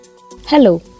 Hello